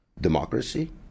democracy